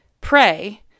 pray